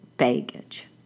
baggage